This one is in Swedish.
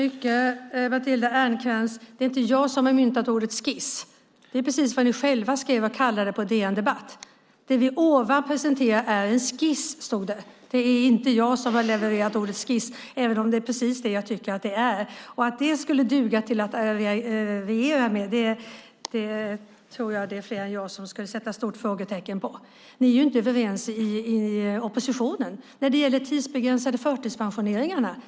Herr talman! Det är inte jag som har myntat ordet skiss, Matilda Ernkrans. Det är precis det som ni själva skrev och kallade det på DN Debatt. Där stod det: Det som vi ovan presenterar är en skiss. Det är inte jag som har levererat ordet skiss, även om det är precis det som jag tycker att det är. Att det skulle duga att regera utifrån tror jag att det är fler än jag som skulle sätta ett stort frågetecken för. Ni är inte överens i oppositionen när det gäller de tidsbegränsade förtidspensioneringarna.